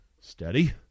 steady